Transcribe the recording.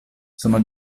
sono